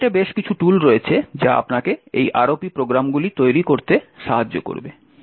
ইন্টারনেটে বেশ কিছু টুল রয়েছে যা আপনাকে এই ROP প্রোগ্রামগুলি তৈরি করতে সাহায্য করবে